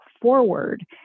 forward